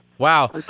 Wow